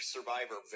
Survivor